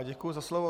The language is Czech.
Děkuji za slovo.